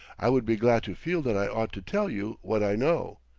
i would be glad to feel that i ought to tell you what i know.